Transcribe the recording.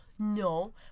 No